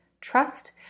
trust